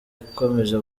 ikomeje